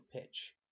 pitch